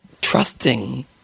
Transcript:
trusting